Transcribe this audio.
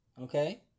okay